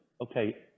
Okay